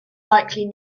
likely